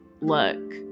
look